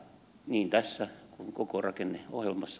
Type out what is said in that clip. niin tässä kuin koko rakenne olmos